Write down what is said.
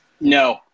No